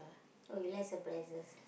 oh you like surprises